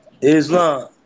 Islam